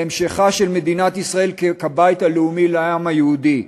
על המשכה של מדינת ישראל כבית הלאומי לעם היהודי,